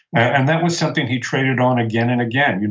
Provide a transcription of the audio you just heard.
and that was something he traded on again and again. you